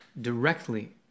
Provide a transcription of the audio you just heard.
directly